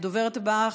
הדוברת הבאה,